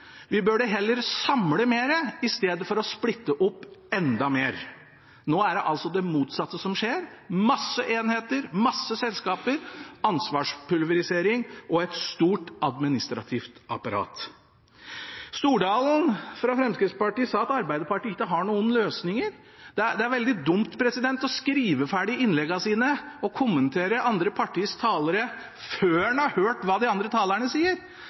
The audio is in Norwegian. Vi burde heller samle mer, istedenfor å splitte opp enda mer. Nå er det altså det motsatte som skjer – masse enheter, masse selskaper, ansvarspulverisering og et stort administrativt apparat. Stordalen fra Fremskrittspartiet sa at Arbeiderpartiet ikke har noen løsninger. Det er veldig dumt å skrive ferdig innleggene sine og kommentere andre partis talere før en har hørt hva de andre talerne sier.